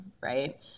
right